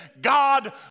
God